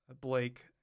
Blake